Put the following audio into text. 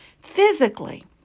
physically